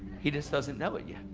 he just doesn't know it yet.